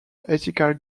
ethical